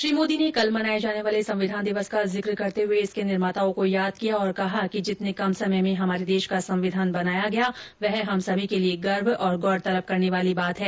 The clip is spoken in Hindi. श्री मोदी ने कल मनाए जाने वाले संविधान दिवस का जिक्र करते हुए इसके निर्माताओं को याद किया और कहा कि जितने कम समय में हमारे देश का संविधान बनाया गया वह हम सभी के लिए गर्व और गौरतलब करने वाली बात है